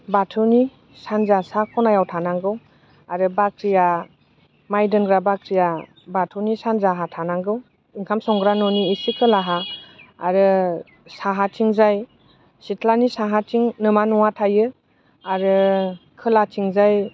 बाथौनि सानजा सा ख'नायाव थानांगौ आरो बाख्रिया माय दोनग्रा बाख्रिया बाथौनि सानजाहा थांनांगौ ओंखाम संग्रा न'नि एसे खोलाहा आरो साहाथिंजाय सिथ्लानि साहाथिं न'मा न'आ थायो आरो खोलाथिंजाय